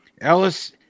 Ellis